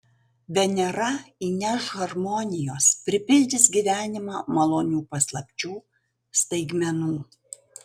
venera įneš harmonijos pripildys gyvenimą malonių paslapčių staigmenų